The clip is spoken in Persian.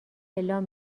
اعلام